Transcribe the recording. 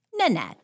Nanette